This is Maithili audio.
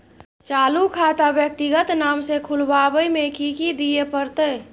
चालू खाता व्यक्तिगत नाम से खुलवाबै में कि की दिये परतै?